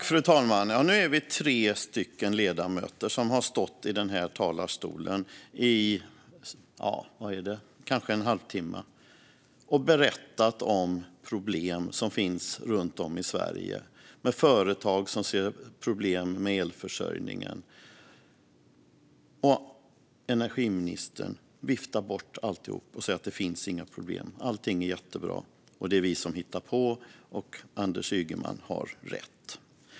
Fru talman! Nu är vi tre ledamöter som har stått i den här talarstolen i kanske en halvtimme och berättat om problem som finns runt om i Sverige och om företag som ser problem med elförsörjningen, men energiministern viftar bort alltihop och säger att det inte finns några problem. Allting är jättebra. Det är vi som hittar på, och Anders Ygeman har rätt.